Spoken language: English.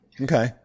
Okay